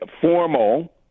formal